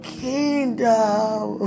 kingdom